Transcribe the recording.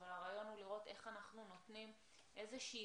אבל הרעיון הוא לראות איך אנחנו נותנים איזה שהיא